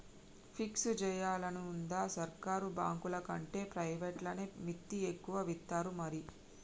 fix జేయాలనుందా, సర్కారు బాంకులకంటే ప్రైవేట్లనే మిత్తి ఎక్కువిత్తరు మరి